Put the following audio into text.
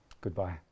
Goodbye